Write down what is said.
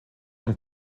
und